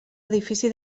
edifici